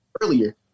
earlier